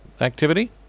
activity